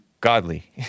godly